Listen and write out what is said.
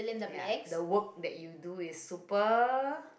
ya the work that you do is super